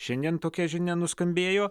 šiandien tokia žinia nuskambėjo